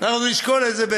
אנחנו נשקול את זה.